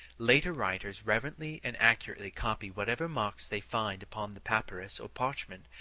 later writers reverently and accurately copy whatever marks they find upon the papyrus or parchment,